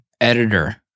editor